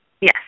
Yes